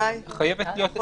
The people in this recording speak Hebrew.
שי, אתה יכול לחזור?